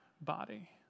Body